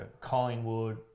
Collingwood